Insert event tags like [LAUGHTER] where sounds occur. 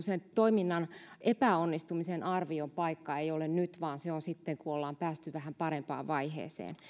[UNINTELLIGIBLE] sen toiminnan epäonnistumisen arvion paikka ei ole nyt vaan se on sitten kun ollaan päästy vähän parempaan vaiheeseen